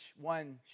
one